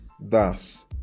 thus